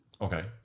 okay